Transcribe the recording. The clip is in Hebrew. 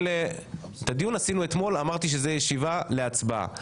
את הדיון קיימנו אתמול, ואמרתי שזאת ישיבה להצבעה.